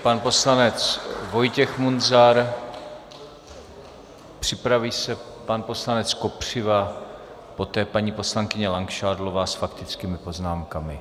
Pan poslanec Vojtěch Munzar, připraví se pan poslanec Kopřiva, poté paní poslankyně Langšádlová s faktickými poznámkami.